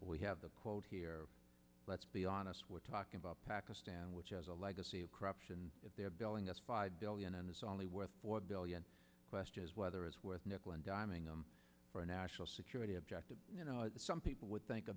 we have the quote here let's be honest we're talking about pakistan which has a legacy of corruption if they're billing us five billion and it's only worth one billion questions whether it's with nickel and dime ing them for national security objectives you know some people would think a